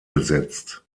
besetzt